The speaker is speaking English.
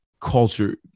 culture